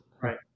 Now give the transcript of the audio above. right